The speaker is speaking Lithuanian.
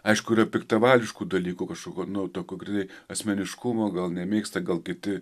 aišku yra piktavališkų dalykų kažkokio nu to konkretei asmeniškumo gal nemėgsta gal kiti